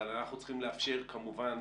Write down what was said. אבל אנחנו צריכים לאפשר כמובן,